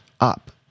up